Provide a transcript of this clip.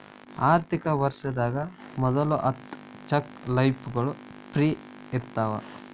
ಆರ್ಥಿಕ ವರ್ಷದಾಗ ಮೊದಲ ಹತ್ತ ಚೆಕ್ ಲೇಫ್ಗಳು ಫ್ರೇ ಇರ್ತಾವ